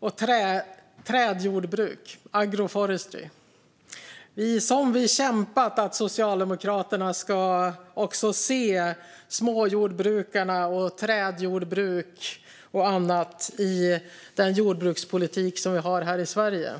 och trädjordbruk, alltså agroforestry. Som vi har kämpat för att Socialdemokraterna ska se småjordbrukarna, trädjordbruk och annat i den jordbrukspolitik vi har här i Sverige!